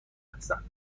هستم